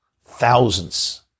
thousands